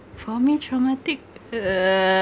for me traumatic uh